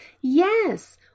Yes